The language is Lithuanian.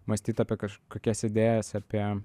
mąstyt apie kažkokias idėjas apie